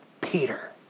Peter